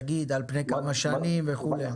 תגיד על פני כמה שנים וכולי.